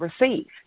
receive